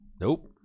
nope